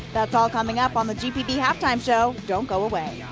that's all coming up on the halftime show. don't go away.